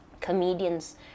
comedians